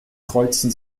kreuzen